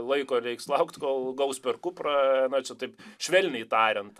laiko reiks laukt kol gaus per kuprą na čia taip švelniai tariant